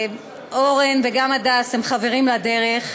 ואורן וגם הדס הם חברים לדרך,